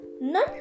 none